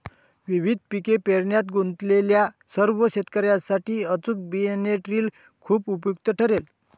विविध पिके पेरण्यात गुंतलेल्या सर्व शेतकर्यांसाठी अचूक बियाणे ड्रिल खूप उपयुक्त ठरेल